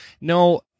No